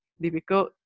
difficult